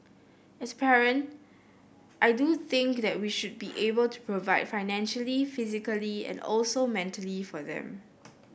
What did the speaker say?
as parent I do think that we should be able to provide financially physically and also mentally for them